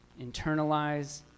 internalize